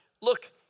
Look